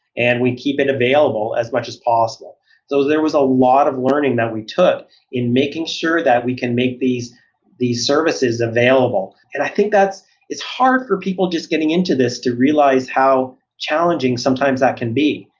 and we keep it available as much as possible so there was a lot of learning that we took in making sure that we can make these these services available. and i think that it's hard for people just getting into this to realize how challenging sometimes that can be.